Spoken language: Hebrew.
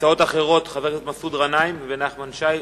הצעות אחרות, חברי הכנסת מסעוד גנאים ונחמן שי.